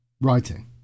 writing